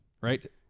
right